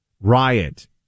riot